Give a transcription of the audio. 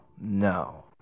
no